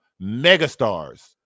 megastars